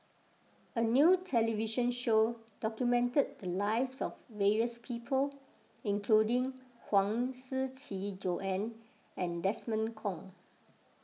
a new television show documented the lives of various people including Huang Shiqi Joan and Desmond Kon